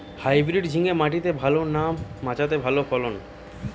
Hybrid ঝিঙ্গা মাটিতে ভালো না মাচাতে ভালো ফলন?